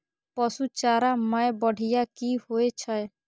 पशु चारा मैं बढ़िया की होय छै?